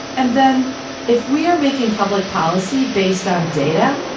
and then if we are making public policy based on data,